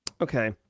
Okay